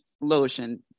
lotion